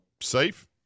safe